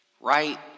right